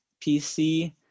PC